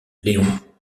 leon